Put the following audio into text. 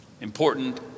Important